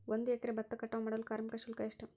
ಒಂದು ಎಕರೆ ಭತ್ತ ಕಟಾವ್ ಮಾಡಲು ಕಾರ್ಮಿಕ ಶುಲ್ಕ ಎಷ್ಟು?